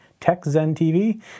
techzenTV